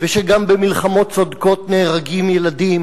ושגם במלחמות צודקות נהרגים ילדים,